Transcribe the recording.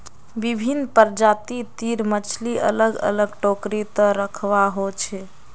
विभिन्न प्रजाति तीर मछली अलग अलग टोकरी त रखवा हो छे